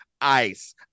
ice